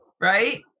right